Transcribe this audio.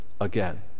again